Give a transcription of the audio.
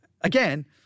again